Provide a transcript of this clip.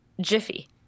Jiffy